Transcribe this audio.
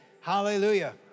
Hallelujah